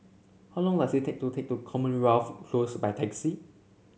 how long does it take to take to Commonwealth Close by taxi